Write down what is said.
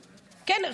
כן,